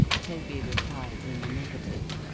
toby replied in the negative.